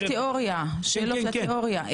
התיאוריה היא